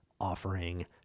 offering